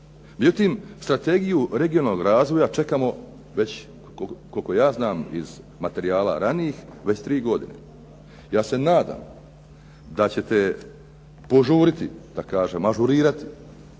Međutim, strategiju regionalnog razvoja čekamo već koliko ja znam i materijala ranijih već tri godine. Ja se nadam da ćete požuriti da kažem, ažurirati